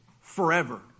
forever